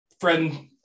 friend